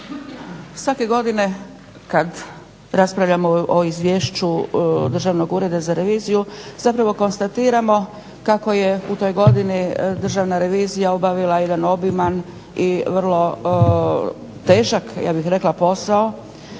Svake godine kada raspravljamo o izvješću Državnog ureda za reviziju zapravo konstatiramo kako je u toj godini Državna revizija obavila jedan obiman i vrlo težak ja bih rekla posao.